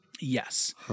Yes